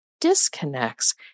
disconnects